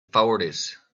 fourties